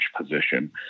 position